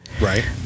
Right